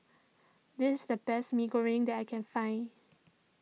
this is the best Mee Goreng that I can find